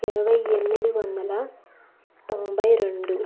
ఇరవై ఎనిమిది వందల తొంభై రెండు